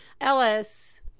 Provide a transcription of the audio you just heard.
Ellis